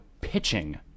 pitching